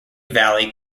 valley